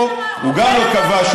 אבל הוא אמר במהירות הראויה.